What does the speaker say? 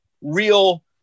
real